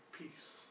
peace